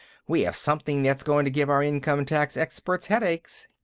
we have something that's going to give our income-tax experts headaches.